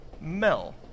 Mel